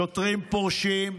שוטרים פורשים,